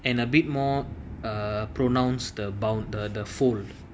and a bit more err pronounced the bound the the phone